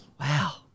Wow